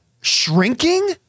Shrinking